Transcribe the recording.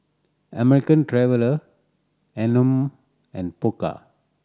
American Traveller Anmum and Pokka